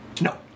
No